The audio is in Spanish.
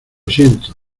siento